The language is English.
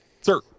Sir